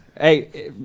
Hey